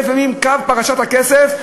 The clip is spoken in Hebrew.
זה לפעמים קו פרשת הכסף,